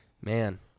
man